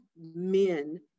men